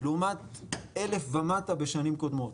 לעומת 1000 ומטה בשנים קודמות.